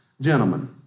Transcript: Gentlemen